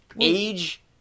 Age